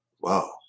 wow